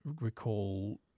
recall